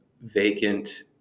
vacant